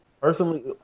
Personally